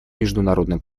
международно